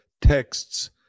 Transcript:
texts